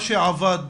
מה שעבד